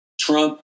Trump